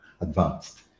advanced